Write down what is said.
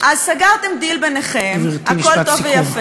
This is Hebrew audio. אז סגרתם דיל ביניכם, גברתי, משפט סיכום.